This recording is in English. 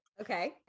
okay